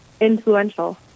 influential